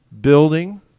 Building